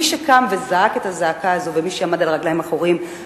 מי שקם וזעק את הזעקה הזאת ומי שעמד על הרגליים האחוריות,